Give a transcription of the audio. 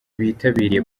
bitabiriye